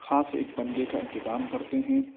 خاص ایک بندے کا انتظام کرتے ہیں